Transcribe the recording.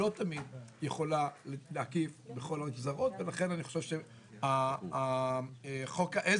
לא תמיד יכולה להקיף את כל הגזרות ולכן אני חושב שחוק